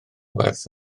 werth